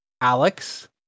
Alex